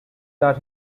that